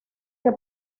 que